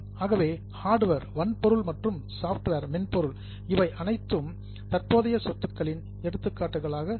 ஆகவே ஹார்டுவேர் வன்பொருள் மற்றும் சாப்ட்வேர் மென்பொருள் இவை அனைத்தும் பிக்ஸட் அசெட்ஸ் நிலையான சொத்துக்களின் எடுத்துக்காட்டுகளாகும்